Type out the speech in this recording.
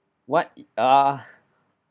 what ah